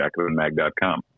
jacobinmag.com